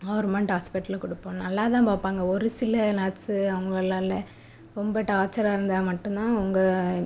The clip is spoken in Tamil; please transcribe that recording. கவுர்மெண்ட் ஹாஸ்பிட்டலில் கொடுப்போம் நல்லா தான் பார்ப்பாங்க ஒரு சில நர்ஸு அவங்களால ரொம்ப டார்ச்சராக இருந்தால் மட்டும் தான் அவங்க